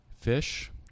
Fish